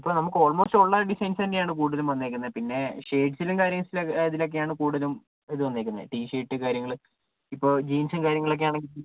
ഇപ്പോൾ നമുക്ക് ഓൾമോസ്റ്റ് ഉള്ള ഡിസൈൻസ് തന്നെയാണ് കൂടുതലും വന്നേക്കുന്നത് പിന്നെ ഷേഡ്സിലും കാര്യത്തിലും ഇതിലൊക്കെയാണ് കൂടുതലും ഇത് വന്നേക്കിന്നെ ടീ ഷർട്ട് കാര്യങ്ങൾ ഇപ്പോൾ ജീൻസും കാര്യങ്ങളും ഒക്കെ ആണെങ്കിൽ